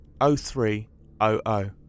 0300